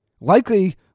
Likely